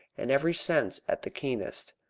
and every sense at the keenest.